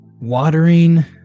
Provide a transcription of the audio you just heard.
watering